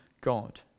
God